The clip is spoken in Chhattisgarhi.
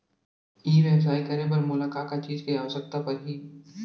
ई व्यवसाय करे बर मोला का का चीज के आवश्यकता परही?